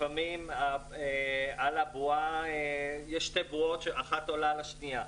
לפעמים יש שתי בועות שאחת עולה על השניה,